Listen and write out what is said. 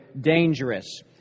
dangerous